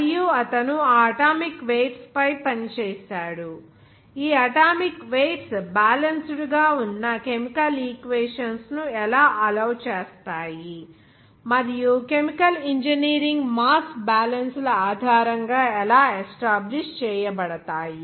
మరియు అతను ఆ అటామిక్ వెయిట్స్ పై పనిచేశాడు ఈ అటామిక్ వెయిట్స్ బ్యాలన్సుడ్ గా ఉన్న కెమికల్ ఈక్వేషన్స్ ను ఎలా అలౌ చేస్తాయి మరియు కెమికల్ ఇంజనీరింగ్ మాస్ బ్యాలెన్స్ల ఆధారంగా ఎలా ఎస్టాబ్లిష్ చేయబడతాయి